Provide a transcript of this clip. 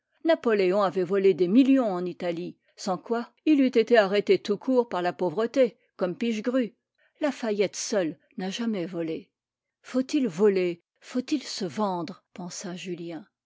napoléon avait volé des millions en italie sans quoi il eût été arrêté tout court par la pauvreté comme pichegru la fayette seul n'a jamais volé faut-il voler faut-il se vendre pensa julien